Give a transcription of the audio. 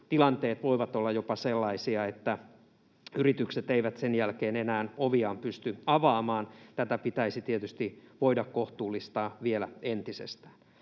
tilanteet voivat olla jopa sellaisia, että yritykset eivät sen jälkeen enää oviaan pysty avaamaan. Tätä pitäisi tietysti voida kohtuullistaa vielä entisestään.